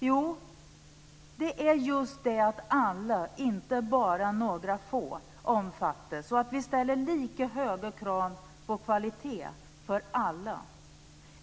Jo, det är just det att alla - inte bara några få - omfattas och att vi ställer lika höga krav på kvalitet för alla.